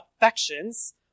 affections